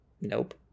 nope